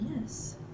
yes